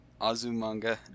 Azumanga